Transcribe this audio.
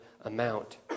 amount